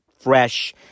fresh